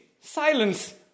silence